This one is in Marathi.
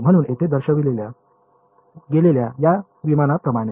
म्हणून येथे दर्शविल्या गेलेल्या या विमानाप्रमाणे